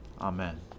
Amen